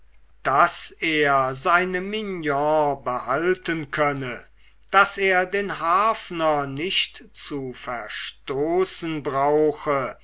daß er seine mignon behalten könne daß er den harfner nicht zu verstoßen brauche